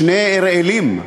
שני אראלים,